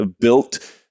built